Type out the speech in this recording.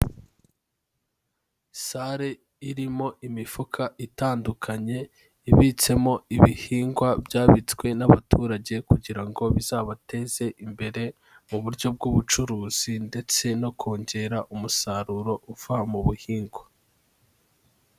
Sale irimo imifuka itandukanye ibitsemo ibihingwa byabitswe n'abaturage kugira ngo bizabateze imbere mu buryo bw'ubucuruzi ndetse no kongera umusaruro uva mu bihingwa.